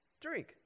drink